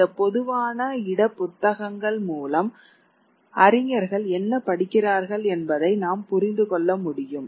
இந்த பொதுவான இட புத்தகங்கள் மூலம் அறிஞர்கள் என்ன படிக்கிறார்கள் என்பதை நாம் புரிந்து கொள்ள முடியும்